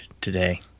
today